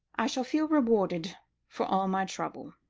i shall feel rewarded for all my trouble.